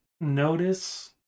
notice